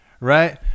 right